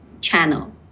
channel